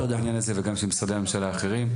בעניין הזה וגם של משרדי הממשלה האחרים.